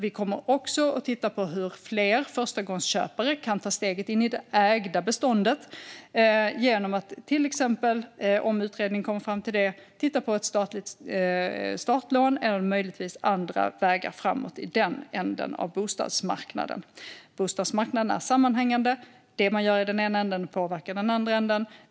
Vi kommer också att titta på hur fler förstagångsköpare kan ta steget in i det ägda beståndet genom statligt startlån, om utredningen kommer fram till det, eller andra möjliga vägar framåt i den änden av bostadsmarknaden. Bostadsmarknaden är sammanhängande. Det man gör i den ena änden påverkar i den andra änden.